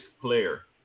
player